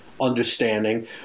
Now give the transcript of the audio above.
understanding